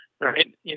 right